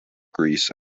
greece